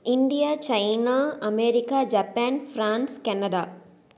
India China America Japan France Canada